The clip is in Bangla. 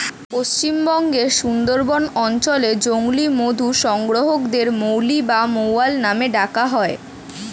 পশ্চিমবঙ্গের সুন্দরবন অঞ্চলে জংলী মধু সংগ্রাহকদের মৌলি বা মৌয়াল নামে ডাকা হয়